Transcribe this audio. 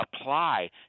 apply